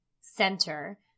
center